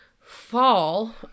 fall